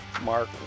mark